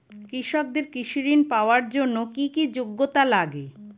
কৃষকদের কৃষি ঋণ পাওয়ার জন্য কী কী যোগ্যতা লাগে?